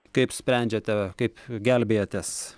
kaip sprendžiate kaip gelbėjatės